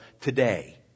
today